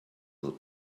will